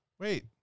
Wait